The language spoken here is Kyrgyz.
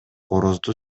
корозду